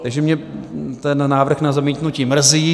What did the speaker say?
Takže mě ten návrh na zamítnutí mrzí.